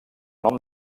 nom